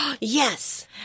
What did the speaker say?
Yes